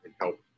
help